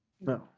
No